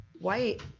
White